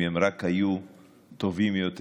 אם הם רק היו טובים יותר,